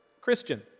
Christian